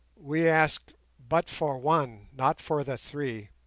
we ask but for one, not for the three